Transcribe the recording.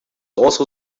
also